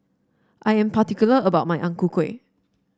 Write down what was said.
I am particular about my Ang Ku Kueh